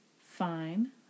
Fine